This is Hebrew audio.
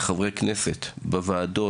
כחברי כנסת בוועדות,